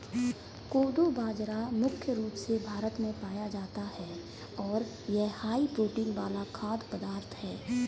कोदो बाजरा मुख्य रूप से भारत में पाया जाता है और यह हाई प्रोटीन वाला खाद्य पदार्थ है